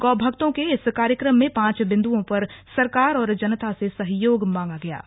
गौ भक्तों के इस कार्यक्रम में पांच बिन्दुओं पर सरकार और जनता से सहयोग मांगा गया है